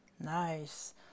nice